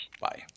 Bye